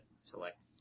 select